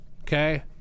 Okay